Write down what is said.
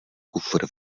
kufr